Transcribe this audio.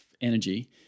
energy